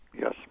Yes